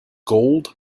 gold